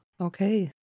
Okay